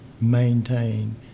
maintain